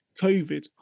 COVID